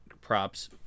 props